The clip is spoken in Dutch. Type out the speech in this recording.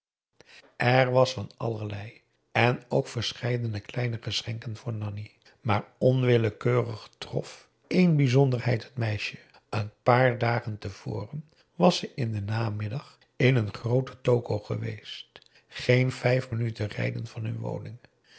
er was van allerlei en ook verscheidene kleine geschenken voor nanni maar onwillekeurig trof één bijzonderheid het meisje een paar dagen te voren was ze in den namiddag in een groote toko geweest geen vijf minuten rijden van hun woning